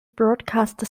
broadcast